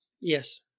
Yes